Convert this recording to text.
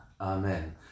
Amen